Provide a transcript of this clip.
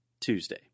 Tuesday